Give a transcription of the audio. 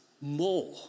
more